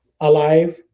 Alive